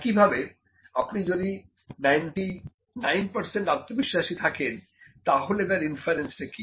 একইভাবে আপনি যদি 99 আত্মবিশ্বাসী থাকেন তাহলে তার ইনফারেন্স টা কি